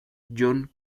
john